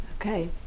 Okay